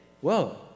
whoa